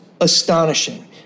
astonishing